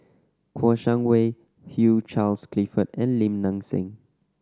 Kouo Shang Wei Hugh Charles Clifford and Lim Nang Seng